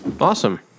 Awesome